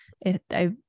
it—I